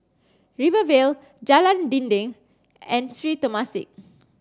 Rivervale Jalan Dinding and Sri Temasek